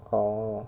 oh